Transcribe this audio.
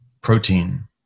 protein